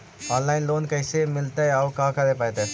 Online loan कैसे मिलतै औ का करे पड़तै?